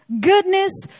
goodness